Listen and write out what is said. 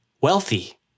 wealthy